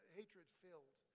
hatred-filled